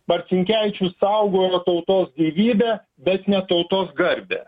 marcinkevičius saugojo tautos gyvybę bet ne tautos garbę